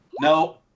No